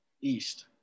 East